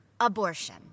abortion